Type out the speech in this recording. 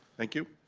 thank you.